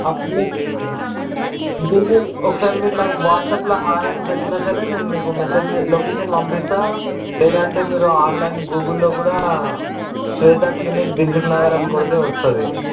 apply Google ఒకసారి మీరు నాకు వాట్సాప్లో హాయ్ అని పెట్టిన సరే నేను మీకు మెసేజ్ చే లొకేషన్ పంపిస్తాను లేదంటే మీరు ఆన్లైన్ గూగుల్లో కూడా శ్వేతా క్లినిక్ దిల్సుఖ్నగర్ అని కొడితే వస్తుంది